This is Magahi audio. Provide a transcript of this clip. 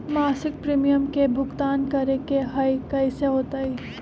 मासिक प्रीमियम के भुगतान करे के हई कैसे होतई?